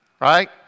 right